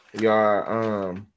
Y'all